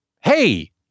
hey